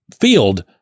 field